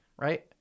right